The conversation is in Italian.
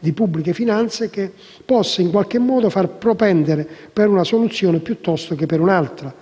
di «pubbliche finanze» che possa in qualche modo far propendere per una soluzione piuttosto che per un'altra.